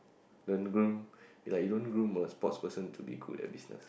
don't groom like you don't groom a sports person to be good at business